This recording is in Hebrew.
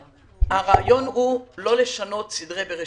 הרעיון הוא לא לשנות סדרי בראשית.